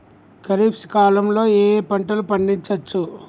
ఖరీఫ్ కాలంలో ఏ ఏ పంటలు పండించచ్చు?